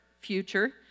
future